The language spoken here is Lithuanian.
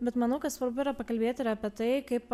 bet manau kad svarbu yra pakalbėti ir apie tai kaip